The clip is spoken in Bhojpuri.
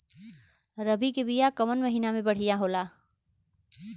रबी के बिया कवना महीना मे बढ़ियां होला?